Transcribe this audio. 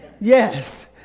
Yes